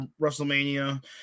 WrestleMania